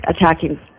attacking